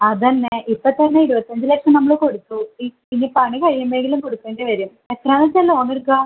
അത് തന്നെ ഇപ്പം തന്നെ ഇരുപത്തി അഞ്ച് ലക്ഷം നമ്മൾ കൊടുത്തു ഈ ഇനി പണി കഴിയുമ്പോഴെങ്കിലും കൊടുക്കേണ്ടി വരും എത്രയാണെന്ന് വച്ച് ലോണെടുക്കുക